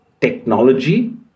technology